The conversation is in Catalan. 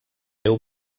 déu